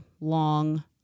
long